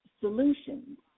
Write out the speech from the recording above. solutions